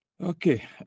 okay